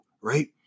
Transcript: right